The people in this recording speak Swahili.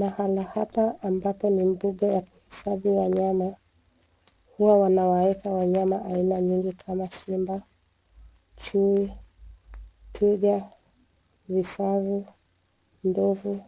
Mahala hapa ambapo ni mbuga ya kuhifadhi wanyama huwa wanawaweka wanyama aina nyingi kama Simba, Chui, Twiga Vifaru, Ndovu